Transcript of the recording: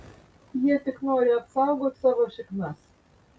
jie tik nori apsaugot savo šiknas